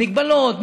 המגבלות,